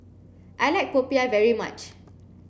I like Popiah very much